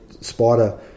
spider